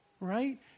right